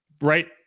right